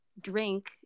drink